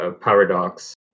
paradox